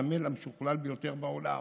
הנמל המשוכלל ביותר בעולם,